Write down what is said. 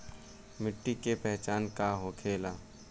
मिट्टी के पहचान का होखे ला?